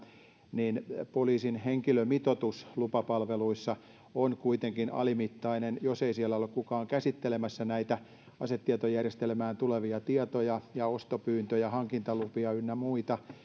niin poliisin henkilömitoitus lupapalveluissa on kuitenkin alimittainen jos ei siellä ole ole ketään käsittelemässä näitä asetietojärjestelmään tulevia tietoja ja ostopyyntöjä ja hankintalupia ynnä muita